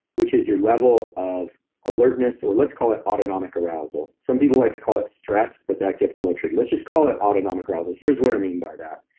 which is your level of alertness, or let's call it autonomic arousal. some people like to call it stress, but that gets a little tricky let's just call it autonomic arousal. here's what i mean by that.